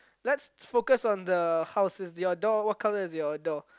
let's focus on the houses your door what colour is your door